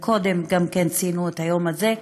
גם קודם ציינו את היום הזה,